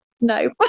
no